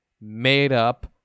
made-up